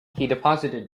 deposited